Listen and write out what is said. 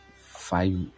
five